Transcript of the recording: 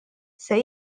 ser